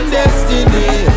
destiny